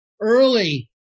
early